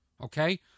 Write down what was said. Okay